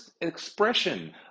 expression